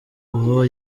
ubu